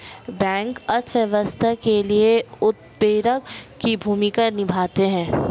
bank अर्थव्यवस्था के लिए उत्प्रेरक की भूमिका निभाते है